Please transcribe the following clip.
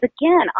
again